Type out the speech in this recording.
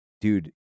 dude